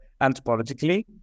anthropologically